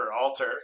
Alter